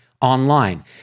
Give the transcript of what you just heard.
online